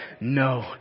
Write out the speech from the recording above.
No